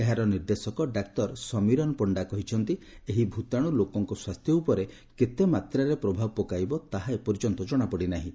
ଏହାର ନିର୍ଦ୍ଦେଶକ ଡାକ୍ତର ସମିରନ ପଣ୍ଡା କହିଛନ୍ତି ଏହି ଭୂତାଣୁ ଲୋକଙ୍କ ସ୍ପାସ୍ଥ୍ୟ ଉପରେ କେତେ ମାତ୍ରାରେ ପ୍ରଭାବ ପକାଇବ ତାହା ଏପର୍ଯ୍ୟନ୍ତ ଜଣାପଡ଼ି ନାହିଁ